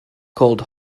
called